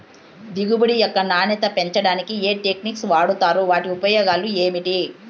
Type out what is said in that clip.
దిగుబడి యొక్క నాణ్యత పెంచడానికి ఏ టెక్నిక్స్ వాడుతారు వాటి ఉపయోగాలు ఏమిటి?